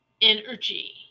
energy